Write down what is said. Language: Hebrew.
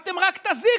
אתם רק תזיקו,